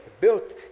Built